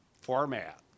format